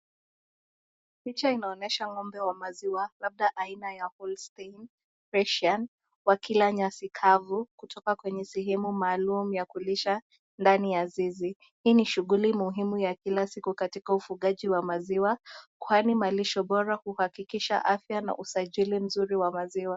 Picha inaonyesha ngombe wa maziwa, labda aina ya Holstein Friesian wakila nyasi kavu kutoka kwenye sehemu maalum ya kulisha ndani ya zizi. Hii ni shughuli muhimu ya kila siku katika ufugaji wa maziwa. Kwani malisho bora huhakikisha afya na usajili mzuri wa maziwa.